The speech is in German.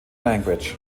language